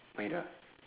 mairah